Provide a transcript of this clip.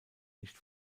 nicht